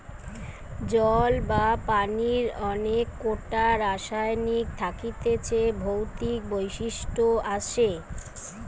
জল বা পানির অনেক কোটা রাসায়নিক থাকতিছে ভৌতিক বৈশিষ্ট আসে